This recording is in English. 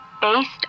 based